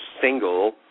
single